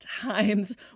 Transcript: times